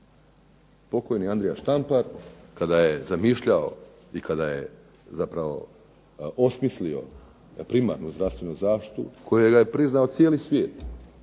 pokojni Andrija Štampar kada je zamišljao i kada je zapravo osmislio za primarnu zdravstvenu zaštitu, kojega je priznao cijeli svijet,